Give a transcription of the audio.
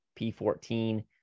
P14